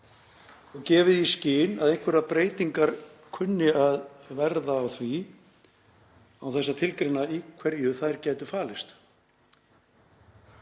og gefið í skyn að einhverjar breytingar kunni að verða á því án þess að tilgreina í hverju þær gætu falist.